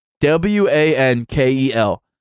W-A-N-K-E-L